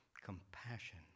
compassion